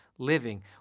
Living